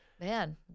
man